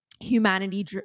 humanity